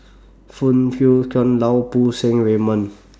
Phoon Yew Tien Lau Poo Seng Raymond